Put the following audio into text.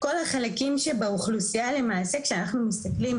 כל החלקים שבאוכלוסייה למעשה כשאנחנו מסתכלים